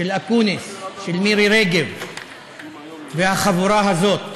של אקוניס, של מירי רגב והחבורה הזאת,